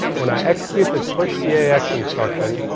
when i execute this push yeah eax instruction